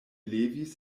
levis